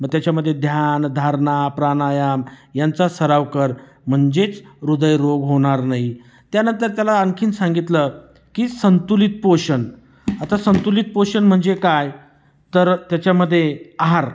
मग त्याच्यामध्ये ध्यानधारणा प्राणायाम यांचा सराव कर म्हणजेच हृदयरोग होणार नाही त्यानंतर त्याला आणखी सांगितलं की संतुलित पोषण आता संतुलित पोषण म्हणजे काय तर त्याच्यामध्ये आहार